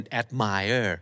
admire